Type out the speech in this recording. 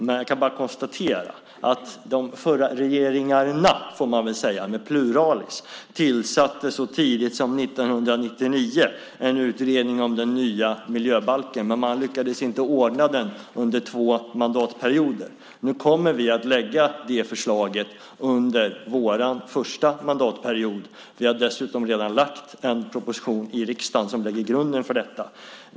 Jag kan bara konstatera att man så tidigt som 1999 tillsatte en utredning om den nya miljöbalken, men de förra regeringarna, i pluralis, lyckades inte ordna den under två mandatperioder. Nu kommer vi att lägga fram det förslaget under vår första mandatperiod. Vi har dessutom redan lagt fram en proposition i riksdagen som lägger grunden för detta.